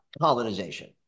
colonization